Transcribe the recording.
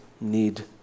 need